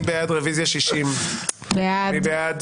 רביזיה על 48 עד 51. מי בעד?